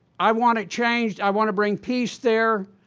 i want to change, i want to bring peace there.